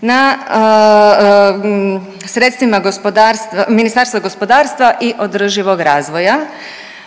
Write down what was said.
na sredstvima Ministarstva gospodarstva i održivog razvoja